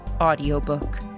Audiobook